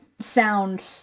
sound